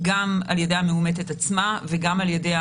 גם על ידי המאומתת עצמה וגם על ידי